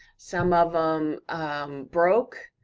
some of em broke,